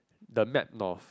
the map north